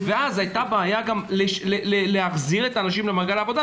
ואז היתה גם בעיה להחזיר את האנשים למעגל העבודה,